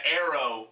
arrow